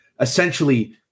essentially